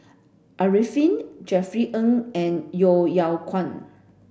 Arifin Jerry Ng and Yeo Yeow Kwang